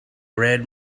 red